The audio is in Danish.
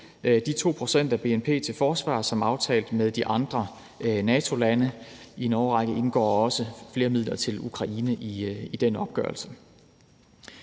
de 2 pct. af bnp til forsvar, som er aftalt med de andre NATO-lande. I en årrække indgår også flere midler til Ukraine i den opgørelse.